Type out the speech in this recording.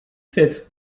fits